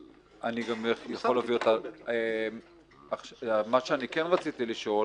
אני גם יכול להביא אותה --- רציתי לשאול